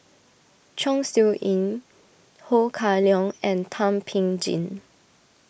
Chong Siew Ying Ho Kah Leong and Thum Ping Tjin